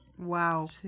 Wow